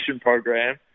program